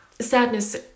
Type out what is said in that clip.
sadness